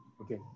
Okay